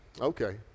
Okay